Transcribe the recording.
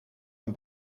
een